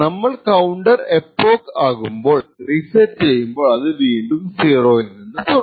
നമ്മൾ counter epoch ആകുമ്പോൾ reset ചെയ്യുമ്പോൾ അത് വീണ്ടും 0 യിൽനിന്ന് തുടങ്ങും